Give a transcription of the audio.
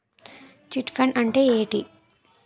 Chit fund అంటే ఏంటి?